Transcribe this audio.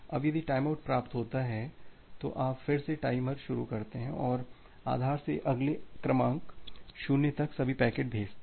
अब यदि टाइमआउट प्राप्त होता है तो आप फिर से टाइमर शुरू करते हैं और आधार से अगले क्रमांक शून्य तक सभी पैकेट भेजते हैं